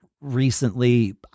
recently